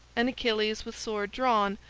and achilles, with sword drawn,